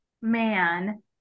man